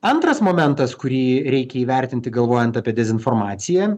antras momentas kurį reikia įvertinti galvojant apie dezinformaciją